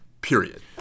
period